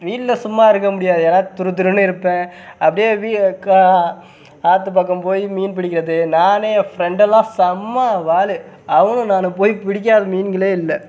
வீட்டில் சும்மா இருக்க முடியாது ஏன்னால் துரு துருன்னு இருப்பேன் அப்படியே வீ கா ஆற்று பக்கம் போய் மீன் பிடிக்கிறது நான் என் ஃப்ரெண்டெல்லாம் செம வால் அவனும் நானும் போய் பிடிக்காத மீன்களே இல்லை